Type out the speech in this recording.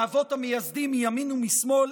האבות המייסדים מימין ומשמאל,